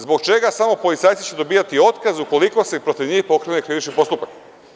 Zbog čega samo policajci će dobijati otkaz ukoliko se protiv njih pokrene krivični postupak?